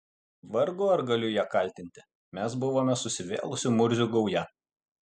vargu ar galiu ją kaltinti mes buvome susivėlusių murzių gauja